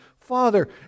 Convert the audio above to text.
Father